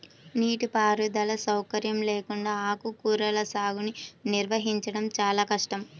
నీటిపారుదల సౌకర్యం లేకుండా ఆకుకూరల సాగుని నిర్వహించడం చాలా కష్టం